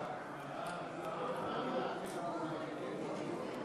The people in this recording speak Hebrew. הרחבת הגדרת ילד לעניין ביטוח שאירים),